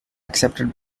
accepted